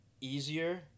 easier